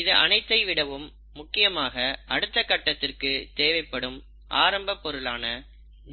இது அனைத்தை விடவும் முக்கியமாக அடுத்த கட்டத்திற்கு தேவைப்படும் ஆரம்பப் பொருளான